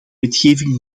wetgeving